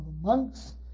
monks